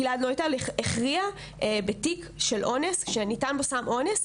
גלעד נויטל הכריע בתיק של אונס שניתן בו סם אונס,